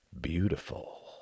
beautiful